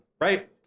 right